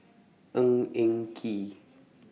Ng Eng Kee